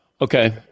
Okay